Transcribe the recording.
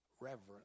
reverence